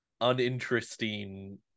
uninteresting